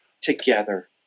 together